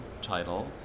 title